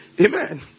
Amen